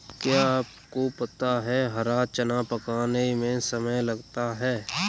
क्या आपको पता है हरा चना पकाने में समय कम लगता है?